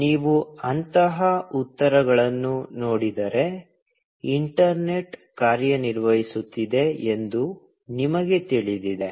ಈಗ ನೀವು ಅಂತಹ ಉತ್ತರಗಳನ್ನು ನೋಡಿದರೆ ಇಂಟರ್ನೆಟ್ ಕಾರ್ಯನಿರ್ವಹಿಸುತ್ತಿದೆ ಎಂದು ನಿಮಗೆ ತಿಳಿದಿದೆ